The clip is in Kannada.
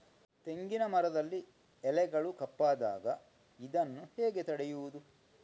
ತೆಂಗಿನ ಮರದಲ್ಲಿ ಎಲೆಗಳು ಕಪ್ಪಾದಾಗ ಇದನ್ನು ಹೇಗೆ ತಡೆಯುವುದು?